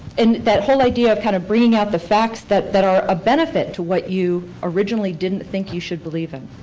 and that whole idea of kind of brining out the facts that that are a benefit to what you originally didn't think you should believe in.